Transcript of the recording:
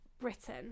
Britain